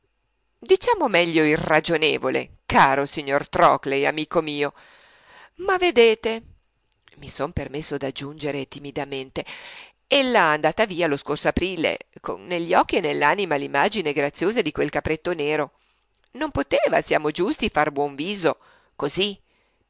diciamo meglio irragionevole caro signor trockley amico mio ma vedete mi son permesso d'aggiungere timidamente ella andata via lo scorso aprile con negli occhi e nell'anima l'immagine graziosa di quel capretto nero non poteva siamo giusti far buon viso così